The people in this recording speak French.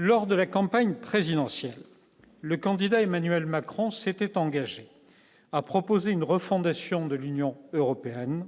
lors de la campagne présidentielle, le candidat Emmanuel Macron s'était engagé à proposer une refondation de l'Union européenne,